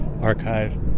archive